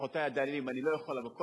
בכוחותי הדלים אני לא יכול לבוא,